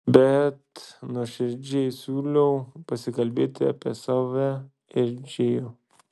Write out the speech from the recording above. bet nuoširdžiai siūliau pasikalbėti apie save ir džėjų